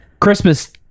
Christmas